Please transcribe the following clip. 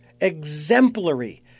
exemplary